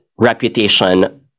reputation